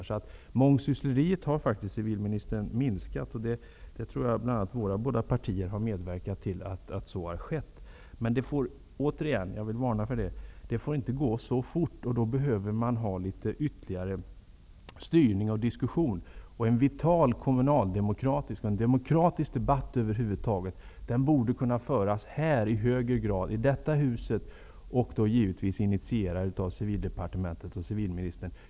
Mångsyssleriet har faktiskt minskat, civilministern, och det tror jag faktiskt att våra båda partier har medverkat till. Jag vill emellertid varna för att det inte får gå så fort. Därför behöver man ha litet ytterligare styrning och diskussion. En vital kommunaldemokratisk debatt, och en demokratisk debatt över huvud taget, borde i högre grad kunna föras i detta hus, givetvis initierad av Civildepartementet och civilministern.